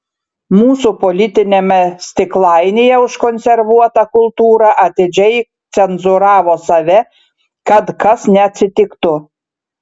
mūsų politiniame stiklainyje užkonservuota kultūra atidžiai cenzūravo save kad kas neatsitiktų